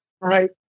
right